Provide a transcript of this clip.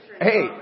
Hey